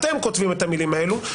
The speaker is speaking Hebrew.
אתם כותבים את המילים האלה,